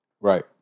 Right